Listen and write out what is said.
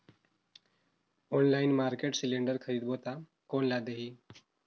Online market cylinder खरीदबो ता कोन ला देही?